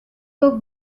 were